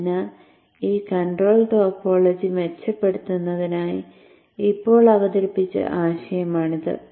അതിനാൽ ഈ control topology മെച്ചപ്പെടുത്തുന്നതിനായി ഇപ്പോൾ അവതരിപ്പിച്ച ആശയമാണിത്